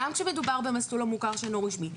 גם כשמדובר במסלול המוכר שאינו רשמי.